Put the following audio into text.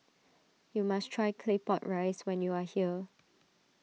you must try Claypot Rice when you are here